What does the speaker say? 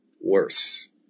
worse